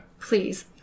Please